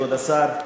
כבוד השר,